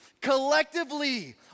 collectively